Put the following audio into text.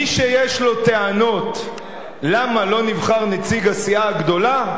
מי שיש לו טענות למה לא נבחר נציג הסיעה הגדולה,